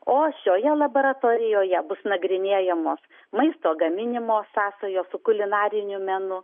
o šioje laboratorijoje bus nagrinėjamos maisto gaminimo sąsajos su kulinariniu menu